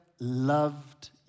loved